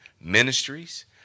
ministries